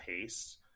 pace